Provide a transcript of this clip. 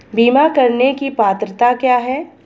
बीमा करने की पात्रता क्या है?